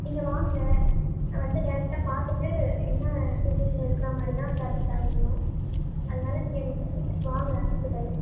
நீங்கள் வாங்க நான் வந்து டேரக்ட்டாக பார்த்துட்டு என்ன சுச்சுவேஷன் இருக்கிற மாதிரி தான் டேப்லெட் தர முடியும் அதுனால் நீங்கள் நெக்ஸ்ட் வீக் வாங்க ஹாஸ்பிட்டல்